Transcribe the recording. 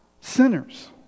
sinners